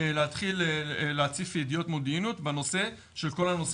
להתחיל להציף ידיעות מודיעיניות בכל הנושא